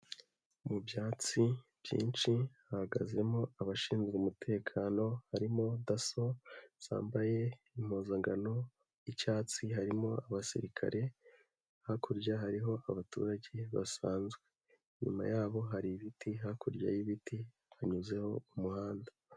Mu byatsi byinshi hahagazemo abashinzwe umutekano, harimo DASSO zambaye impuzankano y'icyatsi. Harimo abasirikare, hakurya hariho abaturage basanzwe. Inyuma yabo hari ibiti, hakurya y'ibiti hanyuzeho umuhanda.